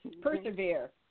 persevere